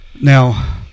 now